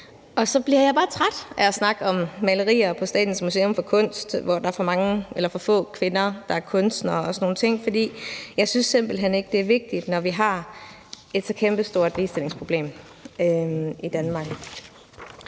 Og så bliver jeg bare træt af at snakke om malerier på Statens Museum for Kunst, hvor der er for få kvinder, der er kunstnere, og sådan nogle ting, for jeg synes simpelt hen ikke, det er vigtigt, når vi har et så kæmpestort ligestillingsproblem i Danmark.